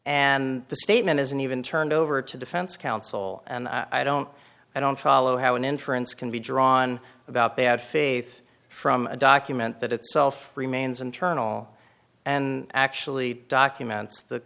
and the statement isn't even turned over to defense counsel and i don't i don't follow how an inference can be drawn about bad faith from a document that itself remains internal and actually documents the